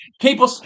People